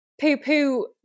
poo-poo